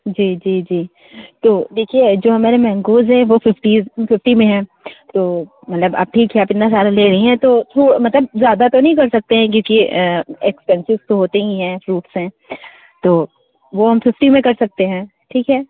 जी जी जी तो देखिए जो हमारे मैंगोज़ हैं वे फिफ्टीज़ फिफ्टी में है तो मतलब आप ठीक है आप इतना सारा ले रही हैं तो थो मतलब ज़्यादा तो नहीं कर सकते हैं क्योंकि यह एक्सपेंसिव तो होते हीं हैं फ्रूटस हैं तो वह हम फिफ्टी में कर सकते हैं ठीक है